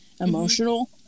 emotional